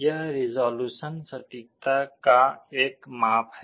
यह रिसोल्यूसन सटीकता का एक माप है